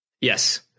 Yes